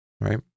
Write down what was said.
right